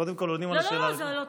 קודם כול עונים על השאלה הראשונה.